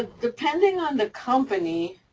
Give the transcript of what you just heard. ah depending on the company,